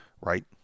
right